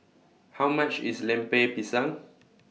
How much IS Lemper Pisang